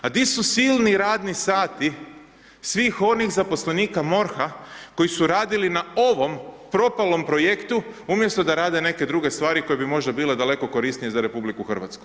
A di su silni radni sati svih onih zaposlenika MORH-a koji su radili na ovom propalom projektu umjesto da rade neke druge stvari koje bi možda bile daleko korisnije za RH.